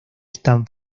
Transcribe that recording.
están